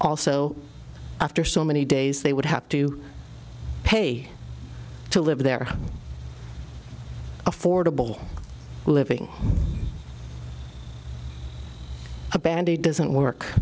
after so many days they would have to pay to live there affordable living a bandaid doesn't work